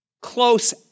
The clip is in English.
close